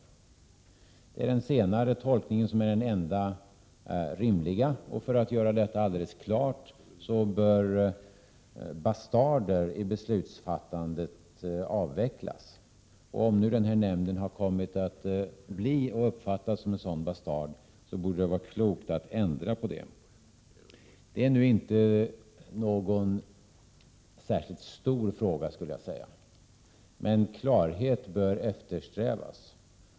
Det är den senare tolkningen som är den enda rimliga, och för att göra detta helt klart bör bastarder i beslutsfattandet avvecklas. Om nu denna nämnd har kommit att bli och uppfattas som en sådan bastard, är det klokt att ändra på det. Detta är inte någon särskilt stor fråga, men klarhet bör eftersträvas.